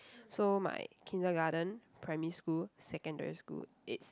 so my kindergarten primary school secondary school it's